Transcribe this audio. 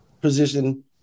position